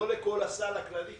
לא לכל הסל הכללי.